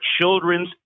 children's